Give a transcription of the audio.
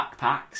backpacks